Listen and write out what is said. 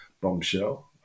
bombshell